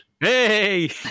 Hey